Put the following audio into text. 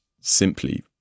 simply